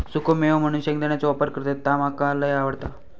सुखो मेवो म्हणून शेंगदाण्याचो वापर करतत ता मका लय आवडता